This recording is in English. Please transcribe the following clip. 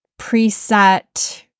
preset